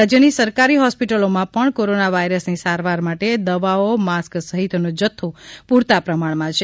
રાજ્યની સરકારી હોસ્પિટલોમાં પણ કોરોના વાયરસની સારવાર માટે દવાઓ માસ્ક સહિતનો જથ્થો પૂરતા પ્રમાણમાં છે